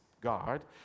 God